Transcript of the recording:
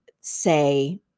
say